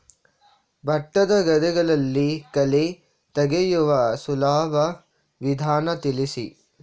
ಭತ್ತದ ಗದ್ದೆಗಳಲ್ಲಿ ಕಳೆ ತೆಗೆಯುವ ಸುಲಭ ವಿಧಾನ ತಿಳಿಸಿ?